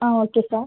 ആ okay sir